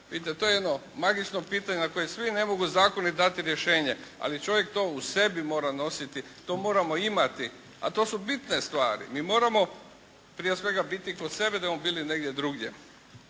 Vidite, to je jedno magično pitanje na koje svi ne mogu zakoni dati rješenje ali čovjek to u sebi mora nositi, to moramo imati a to su bitne stvari. Mi moramo prije svega biti kod sebe da bismo bili negdje drugdje.